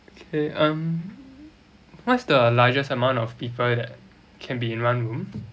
okay um what's the largest amount of people that can be in one room